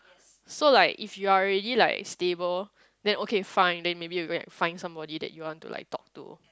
so like if you are already like stable then okay fine then maybe you go and find somebody that you want to like talk to